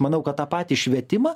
manau kad tą patį švietimą